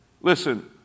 Listen